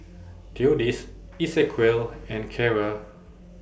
Theodis Esequiel and Carra